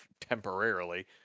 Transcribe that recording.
temporarily